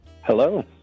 Hello